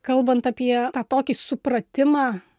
kalbant apie tą tokį supratimą